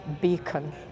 beacon